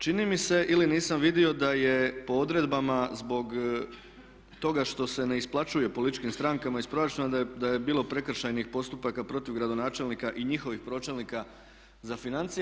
Čini mi se, ili nisam vidio, da je po odredbama zbog toga što se ne isplaćuje političkim strankama iz proračuna da je bilo prekršajnih postupaka protiv gradonačelnika i njihovih pročelnika za financije.